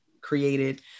created